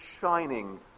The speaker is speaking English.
shining